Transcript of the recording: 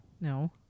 No